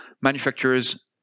manufacturers